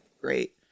great